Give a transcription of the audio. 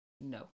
No